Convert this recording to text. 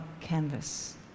canvas